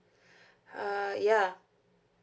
uh ya